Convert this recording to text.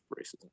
racism